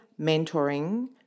mentoring